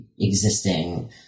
existing